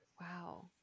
Wow